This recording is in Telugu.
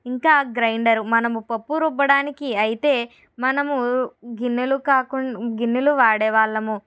ఇంకా గ్రైండర్ మనం పప్పు రుబ్బడానికి అయితే మనము గిన్నెలు కాకుండా గిన్నెలు వాడేవాళ్ళము